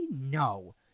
No